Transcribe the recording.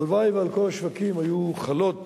הלוואי שעל כל השווקים היו חלות